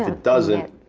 ah doesn't,